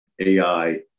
AI